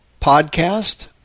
podcast